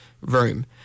room